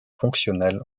fonctionnelle